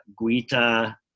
Guita